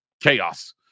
Chaos